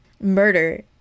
murder